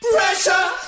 Pressure